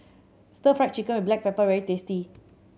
Stir Fry Chicken with black pepper is very tasty